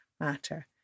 matter